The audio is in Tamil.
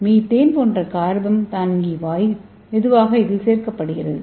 மீத்தேன் போன்ற கார்பன் தாங்கி வாயு மெதுவாக இதில் சேர்க்கப்படுகிறது